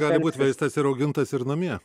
gali būt veistas ir augintas ir namie